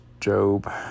job